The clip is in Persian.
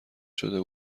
شده